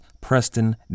Preston